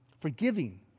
Forgiving